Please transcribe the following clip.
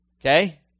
Okay